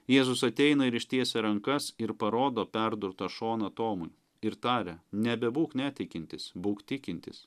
jėzus ateina ir ištiesia rankas ir parodo perdurtą šoną tomui ir taria nebebūk netikintis būk tikintis